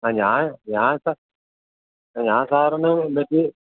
ആ ഞാൻ ഞാൻ സ ഞാൻ സാറിന് മറ്റ്